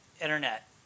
internet